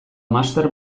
master